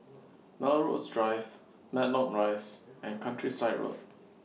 Melrose Drive Matlock Rise and Countryside Road